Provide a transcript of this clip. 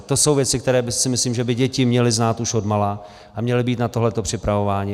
To jsou věci, které si myslím, že by děti měly znát už odmala, a měly být na tohleto připravovány.